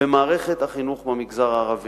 במערכת החינוך במגזר הערבי.